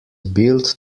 build